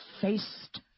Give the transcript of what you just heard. faced